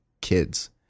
kids